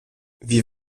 wir